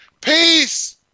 Peace